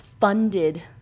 funded